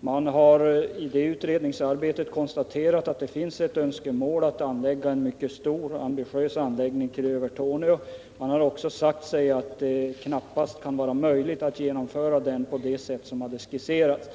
Man har i det utredningsarbetet konstaterat att det finns ett önskemål att förlägga en mycket stor ambitiös anläggning till Övertorneå. Man har också sagt att det knappast kan vara möjligt att genomföra den på det sätt som hade skisserats.